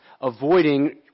avoiding